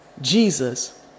Jesus